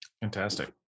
Fantastic